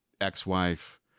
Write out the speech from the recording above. ex-wife